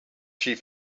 she